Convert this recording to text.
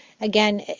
Again